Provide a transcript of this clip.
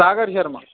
Sagar Sharma